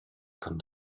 kann